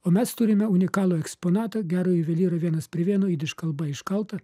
o mes turime unikalų eksponatą gero juvelyrą vienas prie vieno jidiš kalba iškaltą